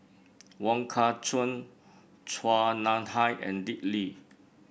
Wong Kah Chun Chua Nam Hai and Dick Lee